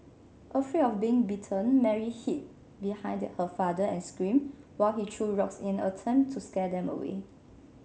afraid of being bitten Mary hid behind her father and screamed while he threw rocks in attempt to scare them away